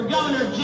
Governor